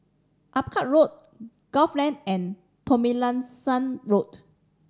Akyab Road Gul Lane and Tomlinson Road